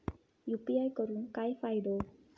UPI करून काय फायदो?